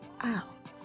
out